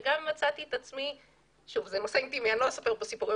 אני לא אספר סיפורי טבילה.